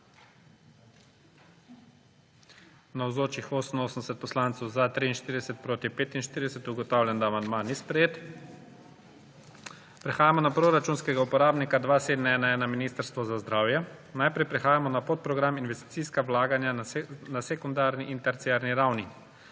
45. (Za je glasovalo 43.) (Proti 45.) Ugotavljam, da amandma ni sprejet. Prehajamo na proračunskega uporabnika 2711 – Ministrstvo za zdravje. Najprej prehajamo na podprogram Investicijska vlaganja na sekundarni in terciarni ravni.